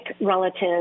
relative